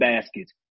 baskets